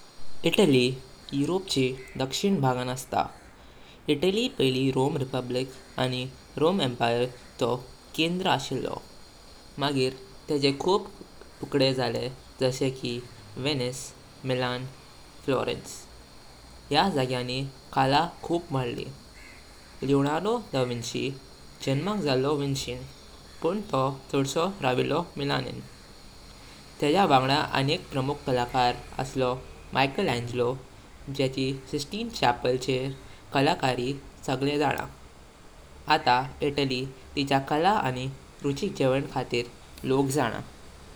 Italy, युरोपचे दक्षिण भागां असता। इटली पयली रोमन रिपब्लिक आनी रोमन एंपायर चो केंद पयलो। मगिर ताचे खूप तुकडे जाले जशें की वेनिस, मिलान, फ्लोरेन्स। या जाग्यानी कला खूप वडली। लिओनार्डो डा विंची, जन्माक जालो विंसिं पून तो छाडसों रव्हिलो मिलानिं। तेंच्यार वांगडा अनेक प्रमुख कलाकार आसलो मिकेलाञ्जेलो जेची सिस्तीन चपल चर कलाकारी सांगले जाणा। आत्ता इटली ताची कला आनी रुचीक जेवण खातीर लोक जाणा।